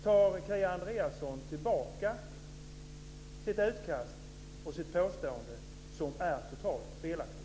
Tar Kia Andreasson tillbaka sitt påstående, som är totalt felaktigt?